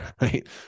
right